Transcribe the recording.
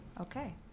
okay